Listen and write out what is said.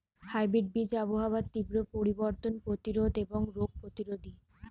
hybrid বীজ আবহাওয়ার তীব্র পরিবর্তন প্রতিরোধী এবং রোগ প্রতিরোধী